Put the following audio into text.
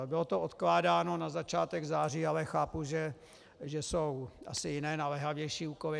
Bylo to odkládáno na začátek září, ale chápu, že jsou asi jiné naléhavější úkoly.